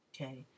okay